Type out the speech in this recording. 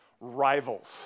rivals